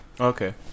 Okay